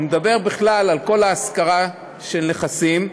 הוא מדבר בכלל על כל ההשכרה של נכסים,